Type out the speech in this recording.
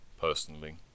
personally